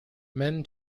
men